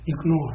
ignore